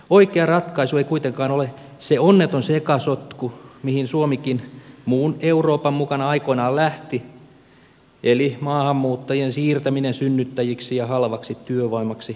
oikea ratkaisu ei kuitenkaan ole se onneton sekasotku johon suomikin muun euroopan mukana aikoinaan lähti eli maahanmuuttajien siirtäminen synnyttäjiksi ja halvaksi työvoimaksi länsimaihin